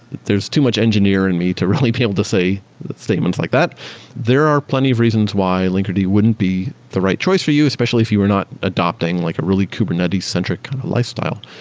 there's too much engineer in me to really be able to say statements like that there are plenty of reasons why linkerd wouldn't be the right choice for you, especially if you are not adopting like a really kubernetes-centric lifestyle.